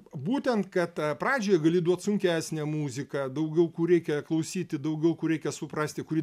būtent kad pradžioje gali duot sunkesnę muziką daugiau kur reikia klausyti daugiau reikia suprasti kuri